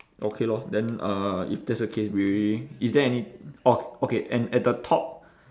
okay lor then uh if that's the case we already is there any orh okay and at the top